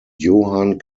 johann